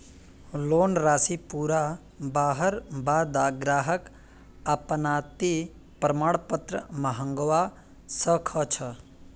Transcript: loan राशि पूरा हबार बा द ग्राहक अनापत्ति प्रमाण पत्र मंगवा स ख छ